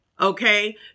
Okay